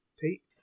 Pete